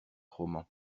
roman